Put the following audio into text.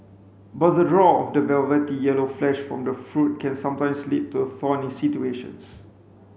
but the draw of the velvety yellow flesh from the fruit can sometimes lead to thorny situations